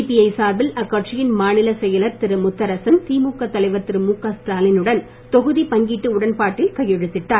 CBI சார்பில் அக்கட்சியின் மாநிலச் செயலர் திரு முத்தரசன் திமுக தலைவர் திரு முக ஸ்டாவினுடன் தொகுதி பங்கீட்டு உடன்பாட்டில் கையெழுத்திட்டார்